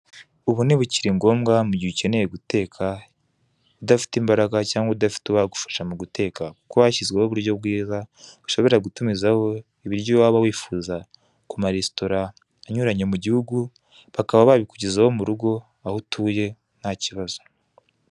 Ubu ntibikiri ngombwa mu gihe ukeneye guteka udafite imbaraga cyangwa udafite uwagufasha guteka. Kuko hashyizweho uburyo bwiza ushobora gutumizaho ibiryo waba wifuza ku maresitora anyuranye mu gihugu bakaba babikugezaho mu rugo aho utuye nta kibazo.